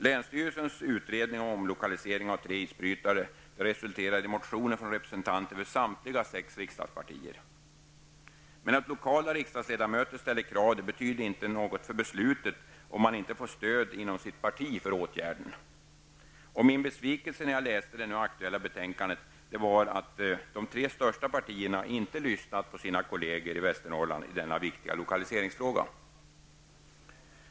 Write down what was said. Länsstyrelsens utredning om omlokalisering av tre isbrytare resulterade i motioner från representanter för samtliga sex riksdagspartier. Att lokala riksdagsledamöter ställer krav betyder inte något för beslutet om man inte får stöd inom sitt parti för åtgärden. Min besvikelse när jag läste det nu aktuella betänkandet var att de tre största partierna inte lyssnat på sina kollegor i Västernorrland i denna viktiga lokaliseringsfråga.